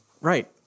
Right